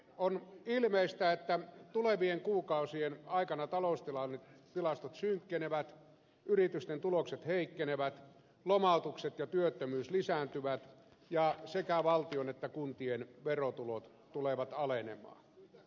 on ilmeistä että tulevien kuukausien aikana taloustilastot synkkenevät yritysten tulokset heikkenevät lomautukset ja työttömyys lisääntyvät ja sekä valtion että kuntien verotulot tulevat alenemaan